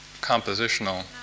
compositional